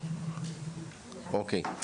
אני יש לי את השפה שלי,